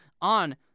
on